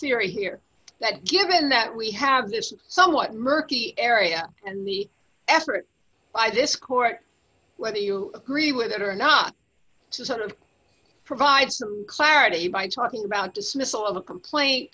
theory here that given that we have this somewhat murky area and the effort by this court whether you agree with it or not sort of provide some clarity by talking about dismissal of a complaint